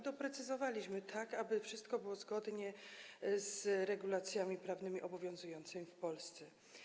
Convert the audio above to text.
Doprecyzowaliśmy to tak, aby wszystko było zgodne z regulacjami prawnymi obowiązującymi w Polsce.